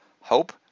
hope